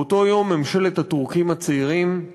באותו יום ממשלת "הטורקים הצעירים"